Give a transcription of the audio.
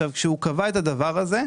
הוא אומר,